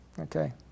Okay